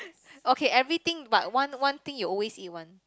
okay everything but one one thing you always eat one